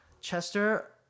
chester